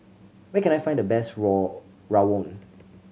where can I find the best raw rawon